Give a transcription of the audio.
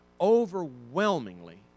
overwhelmingly